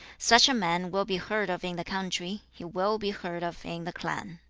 such a man will be heard of in the country he will be heard of in the clan